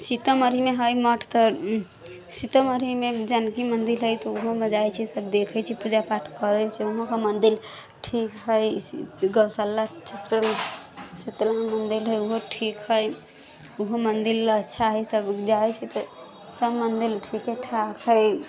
सीतामढ़ीमे हइ मठ तऽ सीतेमढ़ीमे जानकी मन्दिर हइ तऽ ओहोमे जाइ छी सब देखै छी पूजा पाठ करै छै ओहो मन्दिर ठीक हइ गौशाला शीतला मन्दिर हइ ओहो ठीक हइ ओहो मन्दिर अच्छा हइ सब जाइ छै तऽ सब मन्दिर ठीके ठाक हइ